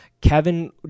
Kevin